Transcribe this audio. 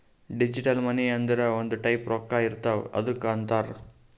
digital money ಅಂದುರ್ ಒಂದ್ type ರೊಕ್ಕಾ ಇರ್ತಾವ್ ಅದ್ದುಕ್ ಅಂತಾರ್